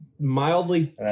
mildly